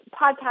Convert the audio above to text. podcast